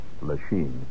Lachine